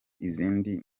izindi